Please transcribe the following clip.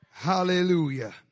Hallelujah